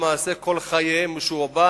באזור שהם קנו בו, כאשר למעשה כל חייהם משועבדים